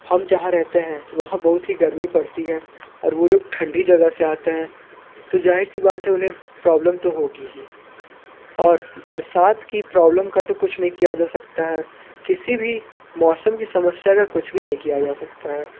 हम जहाँ रहते हैं वहाँ बहुत ही गर्मी पड़ती है और वो लोग ठण्डी जगह से आते हैं तो ज़ाहिर सी बात है उन्हें प्रोब्लम तो होगी ही और बरसात की प्रोव्लम का तो कुछ नहीं किया जा सकता है किसी भी मौसम की समस्या का कुछ भी नहीं किया जा सकता है